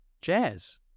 Jazz